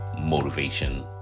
motivation